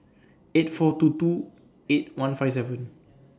eight four two two eight one five seven